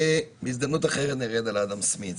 בהזדמנות אחרת נרד על אדם סמית',